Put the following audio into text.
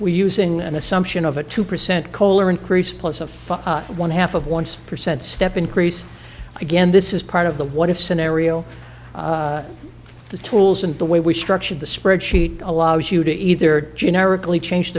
we using an assumption of a two percent koehler increase plus of one half of one's percent step increase again this is part of the what if scenario if the tools and the way we structured the spreadsheet allows you to either generically change